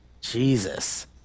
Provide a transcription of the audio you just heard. Jesus